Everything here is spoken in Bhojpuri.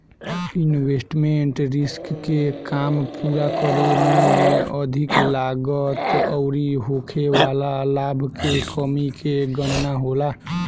इन्वेस्टमेंट रिस्क के काम पूरा करे में अधिक लागत अउरी होखे वाला लाभ के कमी के गणना होला